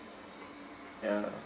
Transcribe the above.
ya